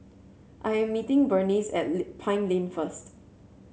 I am meeting Burnice at Lane Pine Lane first